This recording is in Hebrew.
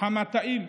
המטעים,